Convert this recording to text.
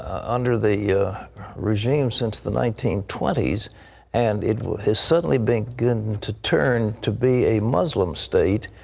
under the regime since the nineteen twenty s and it has suddenly begun to turn to be a muslim state.